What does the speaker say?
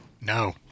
No